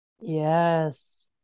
Yes